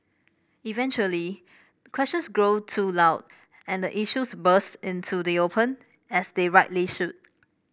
eventually questions grow too loud and the issues burst into the open as they rightly should